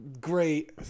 Great